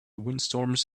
windstorms